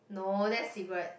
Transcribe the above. no that's cigarette